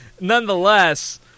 Nonetheless